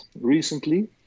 recently